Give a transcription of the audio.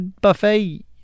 buffet